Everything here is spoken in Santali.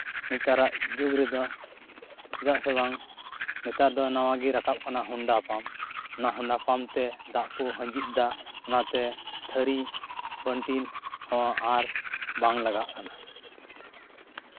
ᱱᱮᱛᱟᱨᱟᱜ ᱡᱩᱜᱽ ᱨᱮᱫᱚ ᱪᱮᱫᱟᱜ ᱥᱮᱵᱟᱝ ᱱᱮᱛᱟᱨ ᱫᱚ ᱱᱟᱣᱟ ᱜᱮ ᱨᱟᱠᱟᱵ ᱟᱠᱟᱱᱟ ᱦᱩᱱᱰᱟ ᱯᱟᱢ ᱚᱱᱟ ᱦᱩᱱᱰᱟ ᱯᱟᱢ ᱛᱮ ᱫᱟᱜ ᱠᱚ ᱦᱤᱸᱡᱤᱫ ᱫᱟ ᱚᱱᱟᱛᱮ ᱛᱷᱟᱹᱨᱤ ᱵᱟᱹᱱᱴᱤᱱ ᱦᱚᱸ ᱟᱨ ᱵᱟᱝ ᱞᱟᱜᱟᱜ ᱠᱟᱱᱟ